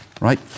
right